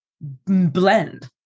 blend